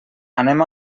anem